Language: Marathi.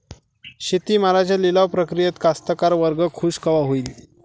शेती मालाच्या लिलाव प्रक्रियेत कास्तकार वर्ग खूष कवा होईन?